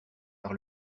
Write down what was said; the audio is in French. par